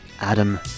Adam